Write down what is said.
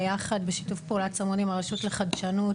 בשיתוף פעולה צמוד עם הרשות לחדשנות,